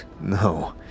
No